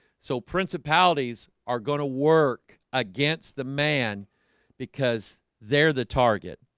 so principalities are gonna work against the man because they're the target